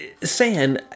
San